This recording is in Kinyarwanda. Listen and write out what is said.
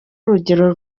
urugero